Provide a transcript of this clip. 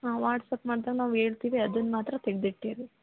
ಹಾಂ ವಾಟ್ಸ್ಆ್ಯಪ್ ಮಾಡ್ದಾಗ ನಾವು ಹೇಳ್ತೀವಿ ಅದನ್ನು ಮಾತ್ರ ತೆಗೆದಿಟ್ಟಿರಿ